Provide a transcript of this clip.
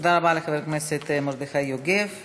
תודה רבה לחבר הכנסת מרדכי יוגב.